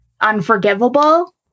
unforgivable